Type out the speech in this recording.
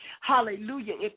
hallelujah